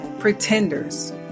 pretenders